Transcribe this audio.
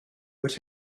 what